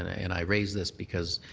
and and i raise this because